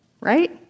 right